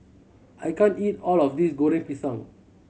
I can't eat all of this Goreng Pisang